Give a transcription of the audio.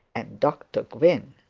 and dr gwynne.